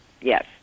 Yes